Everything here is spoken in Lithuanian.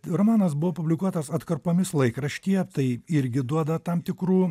romanas buvo publikuotas atkarpomis laikraštyje tai irgi duoda tam tikrų